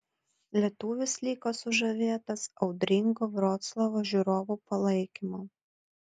lietuvis liko sužavėtas audringo vroclavo žiūrovų palaikymo